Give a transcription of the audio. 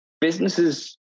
businesses